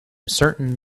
certain